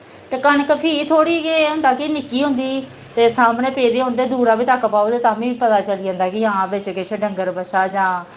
ते कनक फ्ही थोह्ड़ी एह् होंदा कि निक्की होंदी ते सामनै पेदे होन ते दूरा बी तक्क पाओ ते तामीं पता चली जंदा कि हां बिच किश डंगर बच्छा जां कोई